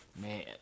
Man